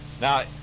Now